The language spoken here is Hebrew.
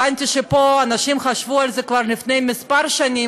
הבנתי שפה אנשים חשבו על זה כבר לפני כמה שנים,